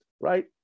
right